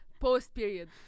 Post-period